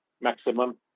Maximum